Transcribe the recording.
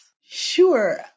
Sure